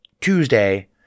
Tuesday